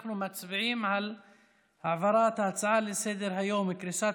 אנחנו מצביעים על העברת ההצעה לסדר-היום: קריסת